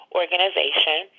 organization